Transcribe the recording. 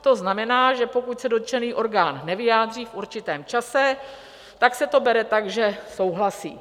To znamená, že pokud se dotčený orgán nevyjádří v určitém čase, tak se to bere tak, že souhlasí.